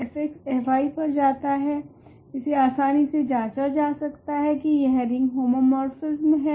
f f पर जाता है इसे आसानी से जाँचा जा सकता है की यह रिंग होमोमोर्फिस्म है